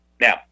Now